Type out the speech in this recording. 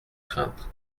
craintes